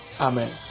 Amen